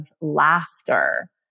laughter